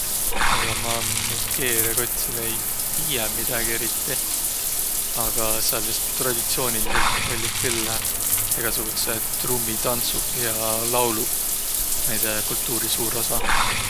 Egaq ma Nigeeriä kotsilõ ei tiiäq midägi eriti, aga sääl vist traditsioonilidsõlt olliq külh egäsugudsõq trummitandsuq ja -lauluq näide kultuuri suur osa.